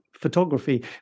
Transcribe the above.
photography